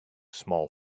small